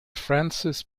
francis